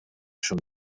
شون